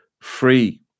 free